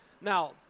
Now